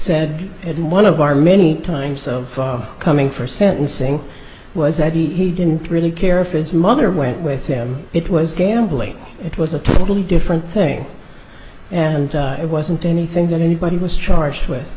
at one of our many times of coming for sentencing was that he didn't really care if its mother went with him it was gambling it was a totally different thing and it wasn't anything that anybody was charged with